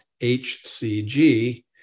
HCG